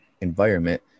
environment